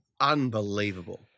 Unbelievable